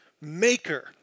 maker